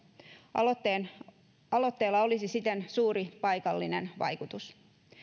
aloitteella olisi siten suuri paikallinen vaikutus